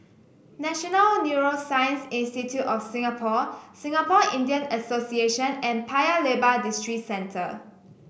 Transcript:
National Neuroscience Institute of Singapore Singapore Indian Association and Paya Lebar Districentre